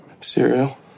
Cereal